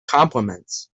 compliments